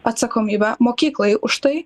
atsakomybę mokyklai už tai